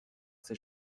ces